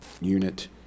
unit